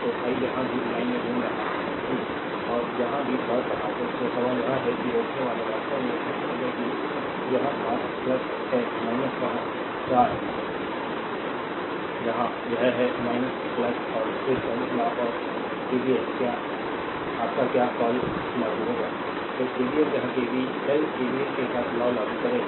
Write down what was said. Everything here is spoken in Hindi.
तो आई यहाँ भी लाइन में घूम रहा हूँ और यहाँ भी लौट रहा हूँ तो सवाल यह है कि रोकनेवाला वास्तव में यहाँ देखेगा कि यह मार्क है वहाँ 4 is यहाँ यह है और फिर Ωs लॉ और KVL आपका क्या कॉल लागू होगा तो केवीएल यहां केवीएल केवीएल के साथ साथ लॉ लागू करेगा